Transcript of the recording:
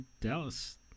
Dallas